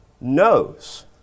knows